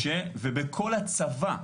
ובכל הצבא,